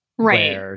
Right